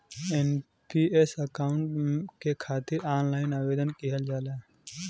NPS account के खातिर online आवेदन किहल जाला